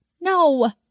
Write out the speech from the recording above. No